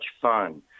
fun